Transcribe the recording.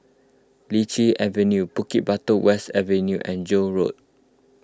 Lichi Avenue Bukit Batok West Avenue and Joan Road